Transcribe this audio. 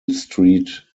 street